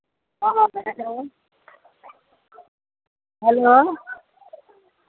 हँ hello hello